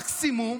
מקסימום